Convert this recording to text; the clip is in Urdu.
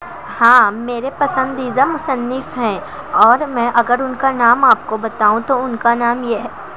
ہاں میرے پسندیدہ مصنف ہیں اور میں اگر ان کا نام آپ کو بتاؤں تو ان کا نام یہ ہے